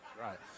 Right